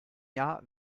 jahr